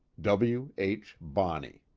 w. h. bonney.